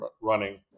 running